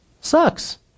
sucks